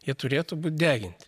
jie turėtų būti deginti